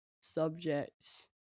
subjects